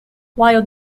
while